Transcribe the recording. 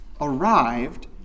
arrived